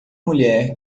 mulher